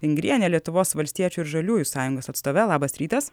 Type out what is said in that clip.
vingriene lietuvos valstiečių ir žaliųjų sąjungos atstove labas rytas